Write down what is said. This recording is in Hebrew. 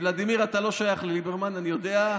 ולדימיר, אתה לא שייך לליברמן, אני יודע.